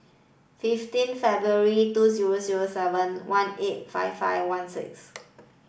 fifteen February two zero zero seven one eight five five one six